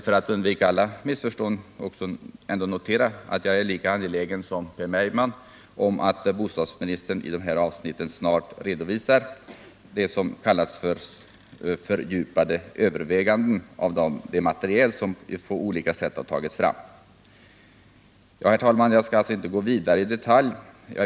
För att undvika alla missförstånd vill jag notera att jag är lika angelägen som Per Bergman om att bostadsministern i de här avsnitten snart redovisar sina s.k. fördjupade överväganden med anledning av det material som på olika sätt har tagits fram. Herr talman! Jag skall inte gå vidare och i detalj ta upp varje reservation.